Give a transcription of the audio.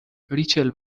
ریچل